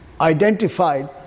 identified